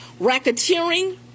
racketeering